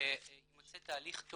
שיימצא תהליך טוב